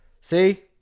See